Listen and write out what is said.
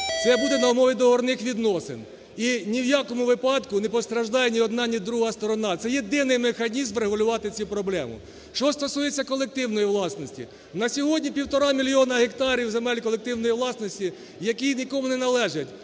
все буде на умові договірних відносин. І ні в якому випадку не постраждає ні одна, ні друга сторона. Це єдиний механізм врегулювати цю проблему. Що стосується колективної власності. На сьогодні півтора мільйона земель колективної власності, які нікому не належать.